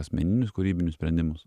asmeninius kūrybinius sprendimus